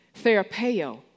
Therapeo